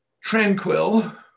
tranquil